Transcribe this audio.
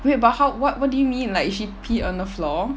wait about how what what do you mean like she pee on the floor